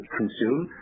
consume